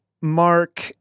Mark